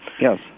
yes